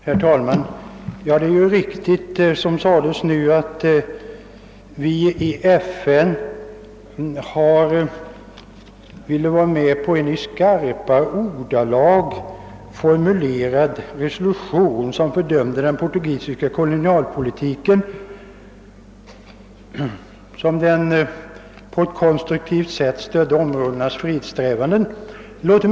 Herr talman! Det är riktigt som nu sades att vi i FN har varit med på en i skarpa ordalag formulerad resolution som fördömde den portugisiska kolonialpolitiken och som på ett konstruk tivt sätt stödde kolonialområdenas frihetssträvanden.